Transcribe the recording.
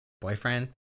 boyfriend